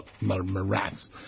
morass